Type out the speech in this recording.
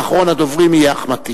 ואחרון הדוברים יהיה אחמד טיבי.